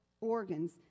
organs